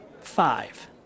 five